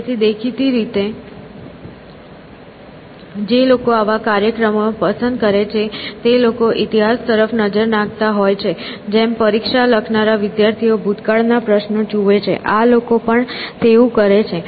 તેથી દેખીતી રીતે જે લોકો આવા કાર્યક્રમોને પસંદ કરે છે તે લોકો ઇતિહાસ તરફ નજર નાખતા હોય છે જેમ પરીક્ષા લખનારા વિદ્યાર્થીઓ ભૂતકાળના પ્રશ્નો તરફ જુએ છે આ લોકો પણ તેવું કરે છે